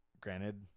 Granted